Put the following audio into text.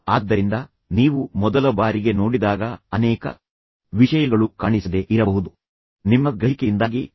ಆದ್ದರಿಂದ ನೀವು ಮೊದಲ ಬಾರಿಗೆ ನೋಡಿದಾಗ ಅನೇಕ ವಿಷಯಗಳು ಕಾಣಿಸದೆ ಇರಬಹುದು ಅಥವಾ ನೀವು ಒಂದನ್ನು ನೋಡಬಹುದು ಮತ್ತು ನಂತರ ಇತರ ವಿಷಯಗಳನ್ನು ಕಳೆದುಕೊಳ್ಳುತ್ತೀರಿ